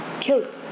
killed